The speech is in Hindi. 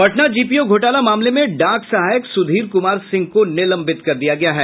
पटना जीपीओ घोटाल मामले में डाक सहायक सुधीर कुमार सिंह को निलंबित कर दिया गया है